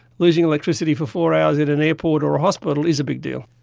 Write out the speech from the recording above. losing electricity for four hours at an airport or a hospital is a big deal.